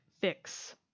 fix